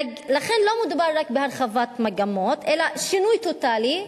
לכן, לא מדובר רק בהרחבת מגמות אלא בשינוי טוטלי.